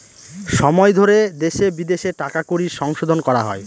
সময় ধরে দেশে বিদেশে টাকা কড়ির সংশোধন করা হয়